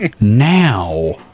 now